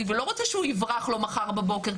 ולא רוצה שהוא יברח לו מחר בבוקר,